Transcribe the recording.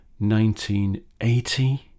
1980